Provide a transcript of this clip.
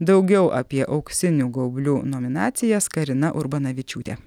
daugiau apie auksinių gaublių nominacijas karina urbanavičiūtė